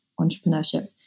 entrepreneurship